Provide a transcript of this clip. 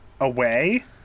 away